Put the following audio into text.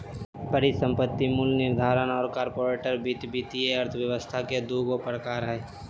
परिसंपत्ति मूल्य निर्धारण और कॉर्पोरेट वित्त वित्तीय अर्थशास्त्र के दू गो प्रकार हइ